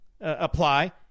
apply